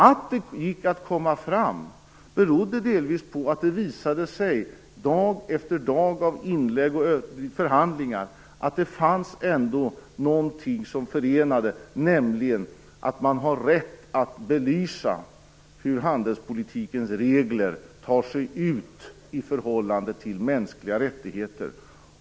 Att det gick att komma fram berodde delvis på att det dag efter dag av inlägg och förhandlingar visade sig att det ändå fanns någonting som förenade, nämligen att man har rätt att belysa hur handelspolitikens regler tar sig ut i förhållande till mänskliga rättigheter.